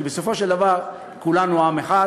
כי בסופו של דבר כולנו עם אחד.